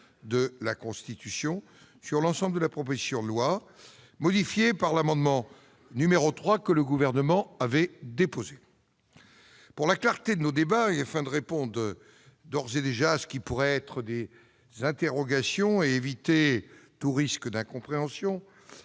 de la Constitution, sur l'ensemble de la proposition de loi, modifiée par l'amendement n° 3, qu'il avait déposé. Pour la clarté de nos débats et afin de répondre d'ores et déjà aux différentes interrogations et d'éviter tout risque d'incompréhension,